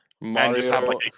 Mario